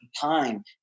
time